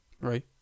Right